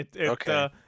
Okay